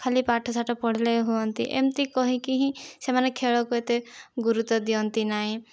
ଖାଲି ପାଠ ଶାଠ ପଢିଲେ ହିଁ ହୁଅନ୍ତି ଏମିତି କହିକି ହିଁ ସେମାନେ ଖେଳ କୁ ଏତେ ଗୁରୁତ୍ବ ଦିଅନ୍ତି ନାହିଁ